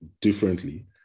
differently